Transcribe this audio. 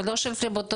ולא של פלבוטומיסט.